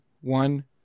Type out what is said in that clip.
one